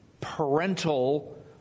parental